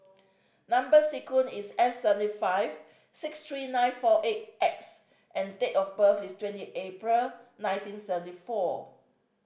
number sequence is S seven five six three nine four eight X and date of birth is twenty April nineteen seventy four